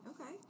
Okay